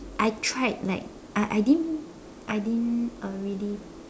I tried like I I didn't I didn't uh really